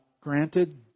granted